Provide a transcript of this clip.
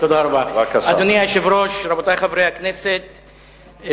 אדוני היושב-ראש, רבותי חברי הכנסת,